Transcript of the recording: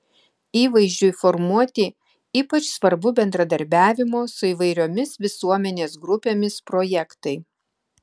įvaizdžiui formuoti ypač svarbu bendradarbiavimo su įvairiomis visuomenės grupėmis projektai